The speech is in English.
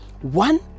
one